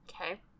Okay